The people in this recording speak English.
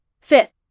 Fifth